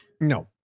No